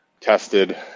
tested